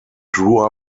grew